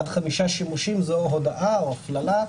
עד חמישה שימושים זו הודאה או הפללה,